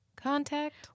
Contact